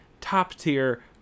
top-tier